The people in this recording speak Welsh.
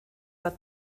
fod